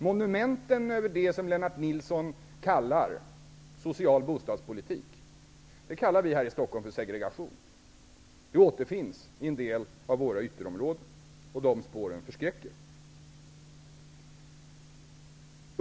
Monumenten över det Lennart Nilsson kallar social bostadspolitik kallar vi här i Stockholm för segregation. Den återfinns i en del ytterområden. De spåren förskräcker.